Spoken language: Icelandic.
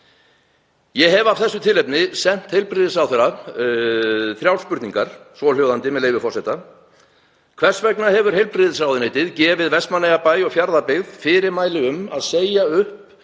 Ég hef af þessu tilefni sent heilbrigðisráðherra þrjár spurningar, svohljóðandi, með leyfi forseta: Hvers vegna hefur heilbrigðisráðuneytið gefið Vestmannaeyjabæ og Fjarðabyggð fyrirmæli um að segja upp